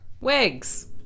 Wigs